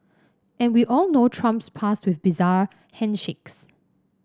and we all know Trump's past with bizarre handshakes